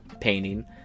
painting